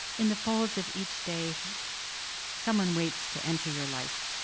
in the folds of each day someone waits to enter your life,